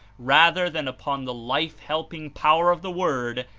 rather than upon the life-helping power of the word,